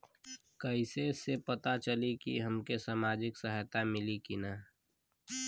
कइसे से पता चली की हमके सामाजिक सहायता मिली की ना?